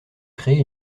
créer